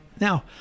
Now